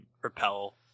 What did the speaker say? propel